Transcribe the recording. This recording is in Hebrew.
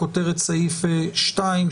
כותרת סעיף 2,